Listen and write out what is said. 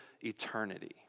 eternity